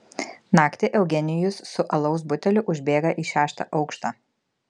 naktį eugenijus su alaus buteliu užbėga į šeštą aukštą